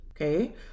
okay